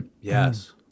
Yes